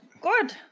good